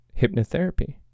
hypnotherapy